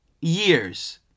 years